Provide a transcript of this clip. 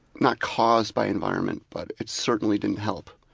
not caused by environment, but it certainly didn't help.